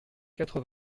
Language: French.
quatre